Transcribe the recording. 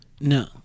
No